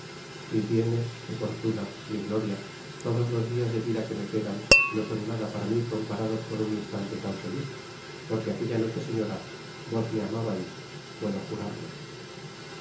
mis bienes mi fortuna mi gloria todos los dias de vida que me quedan no son nada para mí comparados con un instante tan feliz porque aquella noche señora vos me amabais puedo jurarlo